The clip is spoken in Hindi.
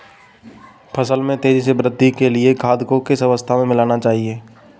फसल में तेज़ी से वृद्धि के लिए खाद को किस अवस्था में मिलाना चाहिए?